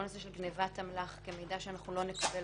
כל הנושא של גניבת אמל"ח כמידע שלא נקבל